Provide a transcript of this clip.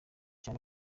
cyane